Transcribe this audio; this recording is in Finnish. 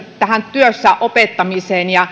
työssäopettamiseen